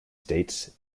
states